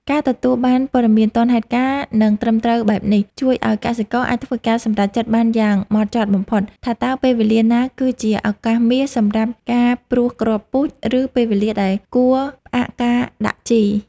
ការទទួលបានព័ត៌មានទាន់ហេតុការណ៍ និងត្រឹមត្រូវបែបនេះ ជួយឱ្យកសិករអាចធ្វើការសម្រេចចិត្តបានយ៉ាងហ្មត់ចត់បំផុត ថាតើពេលវេលាណាគឺជាឱកាសមាសសម្រាប់ការព្រួសគ្រាប់ពូជ ឬពេលណាដែលគួរផ្អាកការដាក់ជី។